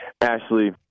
Ashley